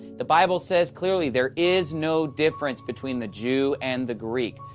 the bible says clearly there is no difference between the jew and the greek.